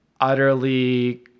utterly